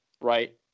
right